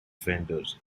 vendors